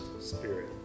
spirit